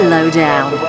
Lowdown